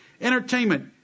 entertainment